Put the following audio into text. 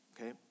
okay